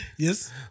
Yes